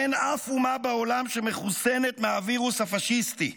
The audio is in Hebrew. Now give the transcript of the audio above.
אין אף אומה בעולם שמחוסנת מהווירוס הפשיסטי.